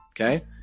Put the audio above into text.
okay